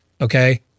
okay